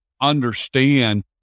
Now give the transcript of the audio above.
understand